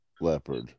leopard